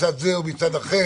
מצד זה או מצד אחר,